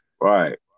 right